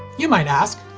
you might ask,